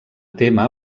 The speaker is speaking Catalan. tema